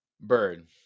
Bird